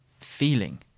feeling